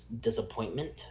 disappointment